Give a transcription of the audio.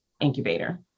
incubator